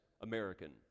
American